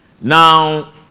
Now